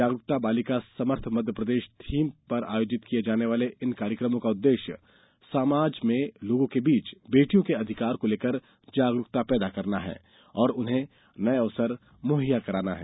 जागरूक बालिका समर्थ मध्यप्रदेश की थीम पर आयोजित किये जाने वाले इन कार्यक्रमों का उद्देश्य समाज में लोगों के बीच बेटियों के अधिकार को लेकर जागरुकता पैदा करना और उन्हें नए अवसर मुहैया कराना है